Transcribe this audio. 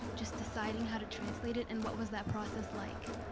just deciding how to translate it and what was that process like?